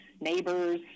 neighbors